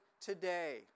today